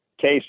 case